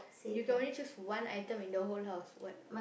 you can only choose one item in the whole house what